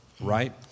right